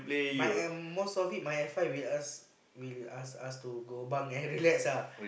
my uh most of it my alpha will ask will ask us to go bunk and relax lah